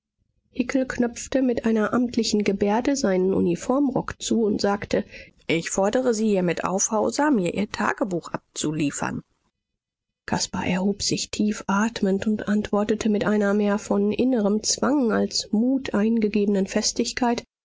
hickel knöpfte mit einer amtlichen gebärde seinen uniformrock zu und sagte ich fordere sie hiermit auf hauser mir ihr tagebuch abzuliefern caspar erhob sich tiefatmend und antwortete mit einer mehr von innerem zwang als mut eingegebenen festigkeit